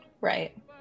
Right